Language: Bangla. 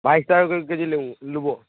বাইশ টাকা করে কেজি লেবু নেবো